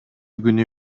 күнү